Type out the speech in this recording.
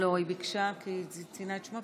ביקשה כי היא ציינה את שמה,